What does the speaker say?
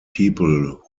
people